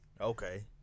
Okay